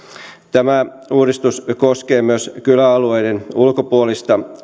tämä uudistus koskee myös kyläalueiden ulkopuolista